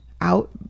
out